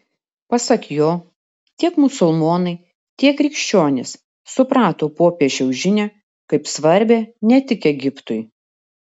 pasak jo tiek musulmonai tiek krikščionys suprato popiežiaus žinią kaip svarbią ne tik egiptui